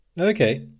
okay